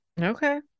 okay